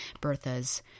Bertha's